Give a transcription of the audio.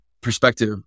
perspective